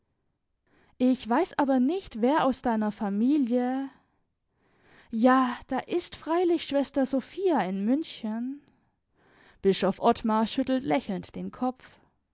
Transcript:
ich weiß aber nicht wer aus deiner familie ja da ist freilich schwester sophia in münchen bischof ottmar schüttelt lächelnd den kopf